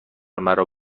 مرا